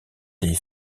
des